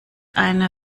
eine